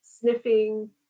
sniffing